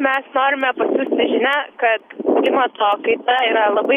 mes norime pasiųsti žinią kad klimato kaita yra labai